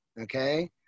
okay